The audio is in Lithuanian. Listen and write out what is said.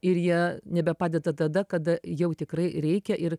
ir jie nebepadeda tada kada jau tikrai reikia ir